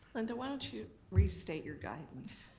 linda, why don't you restate your guidance?